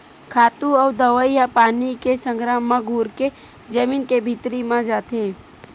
खातू अउ दवई ह पानी के संघरा म घुरके जमीन के भीतरी म जाथे